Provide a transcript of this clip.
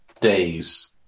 days